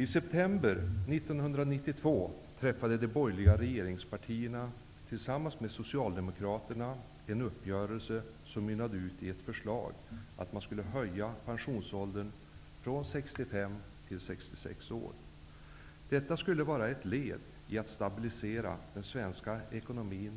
I september 1992 träffade de borgerliga regeringspartierna tillsammans med Socialdemokraterna en uppgörelse som mynnade ut i ett förslag om att pensionsåldern skulle höjas från 65 till 66 år. Detta skulle vara ett led i att stabilisera den svenska ekonomin